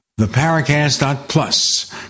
theparacast.plus